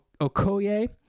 Okoye